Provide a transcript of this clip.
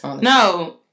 No